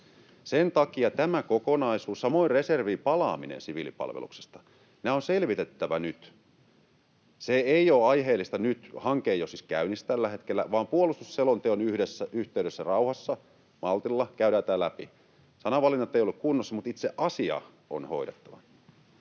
Sen takia tämä kokonaisuus, samoin reserviin palaaminen siviilipalveluksesta, on selvitettävä nyt. Se ei ole aiheellista nyt, hanke ei ole siis käynnissä tällä hetkellä, vaan puolustusselonteon yhteydessä rauhassa ja maltilla käydään tämä läpi. Sananvalinnat eivät olleet kunnossa, mutta itse asia on hoidettava.